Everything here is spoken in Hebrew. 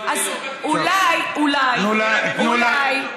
תנו לה.